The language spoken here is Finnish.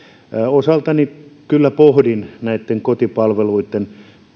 osaltani kyllä pohdin näitten kotipalveluitten